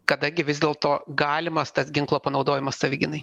kada gi vis dėlto galimas tas ginklo panaudojimas savigynai